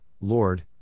Lord